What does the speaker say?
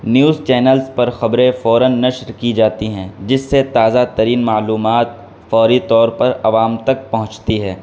news channels پر خبریں فوراً نشر کی جاتی ہیں جس سے تازہ ترین معلومات فوری طور پر عوام تک پہنچتی ہے